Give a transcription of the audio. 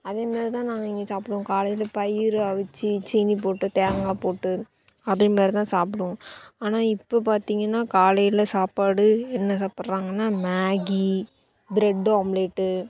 அதே மாரி தான் நாங்கள் இங்கே சாப்பிடுவோம் காலையில் பயிறு அவித்து சீனி போட்டு தேங்காய் போட்டு அதே மாரி தான் சாப்பிடுவோம் ஆனால் இப்போ பார்த்தீங்கன்னா காலையில் சாப்பாடு என்ன சாப்பிட்றாங்கன்னா மேகி ப்ரெட்டு ஆம்லேட்டு